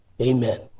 Amen